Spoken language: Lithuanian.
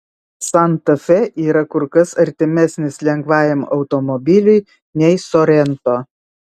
santa fe yra kur kas artimesnis lengvajam automobiliui nei sorento